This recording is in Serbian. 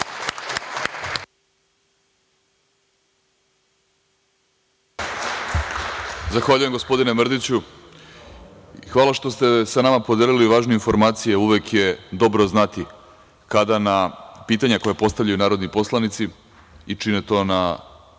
što ste sa nama podelili važne informacije. Uvek je dobro znati kada na pitanje koje postavljaju narodni poslanici i čine to na